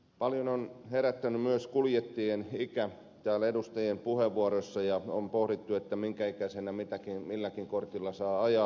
paljon on herättänyt myös kuljettajien ikä täällä edustajien puheenvuoroissa huomiota ja on pohdittu minkä ikäisenä milläkin kortilla saa ajaa